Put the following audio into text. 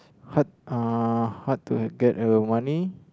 hard uh hard to have get the money